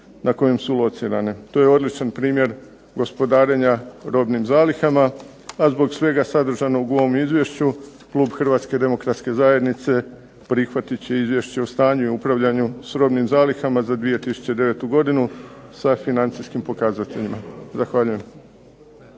na kojem su locirane. To je odličan primjer gospodarenja robnim zalihama. A zbog svega sadržanog u ovom izvješću klub HDZ-a prihvatit će Izvješće o stanju i upravljanju s robnim zalihama za 2009. godinu sa financijskim pokazateljima. Zahvaljujem.